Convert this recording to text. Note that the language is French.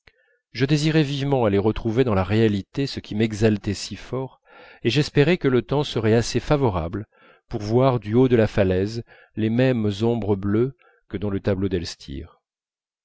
je désirais vivement aller retrouver dans la réalité ce qui m'exaltait si fort et j'espérais que le temps serait assez favorable pour voir du haut de la falaise les mêmes ombres bleues que dans le tableau d'elstir